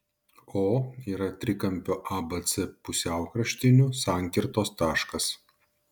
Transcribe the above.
o yra trikampio abc pusiaukraštinių sankirtos taškas